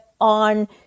on